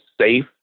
safe